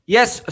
Yes